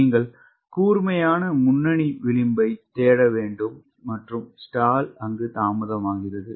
நீங்கள் கூர்மையான முன்னணி விளிம்பைத் தேட வேண்டும் மற்றும் stall தாமதமாகிறது